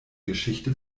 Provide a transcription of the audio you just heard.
geschichte